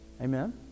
Amen